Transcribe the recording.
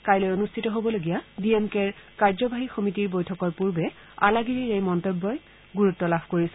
কাইলৈ অনুষ্ঠিত হ'বলগীয়া ডি এম কেৰ কাৰ্যবাহী সমিতিৰ বৈঠকৰ পূৰ্বে আলাগিৰিৰ এই মন্তব্যই গুৰুত্ব লাভ কৰিছে